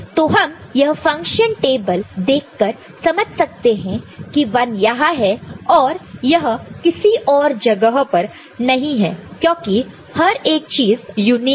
तो हम यह फंक्शन टेबल देखकर समझ सकते हैं कि 1 यहां है और यह किसी और जगह पर नहीं है क्योंकि हर एक चीज यूनिक है